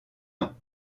ans